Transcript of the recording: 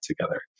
together